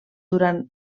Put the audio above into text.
durant